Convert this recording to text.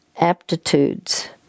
aptitudes